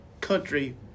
country